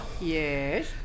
Yes